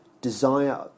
desire